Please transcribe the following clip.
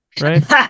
right